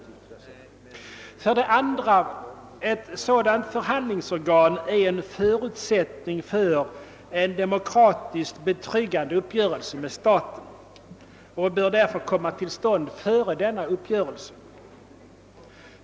Vidare kan nämnas att ett sådant förhandlingsorgan är en förutsättning för en demokratiskt tryggad uppgörelse med staten och därför bör komma till stånd före denna uppgörelse.